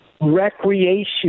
recreation